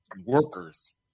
workers